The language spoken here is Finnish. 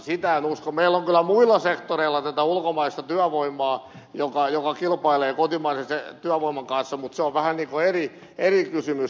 meillä on kyllä muilla sektoreilla tätä ulkomaista työvoimaa joka kilpailee kotimaisen työvoiman kanssa mutta se on vähän niin kuin eri kysymys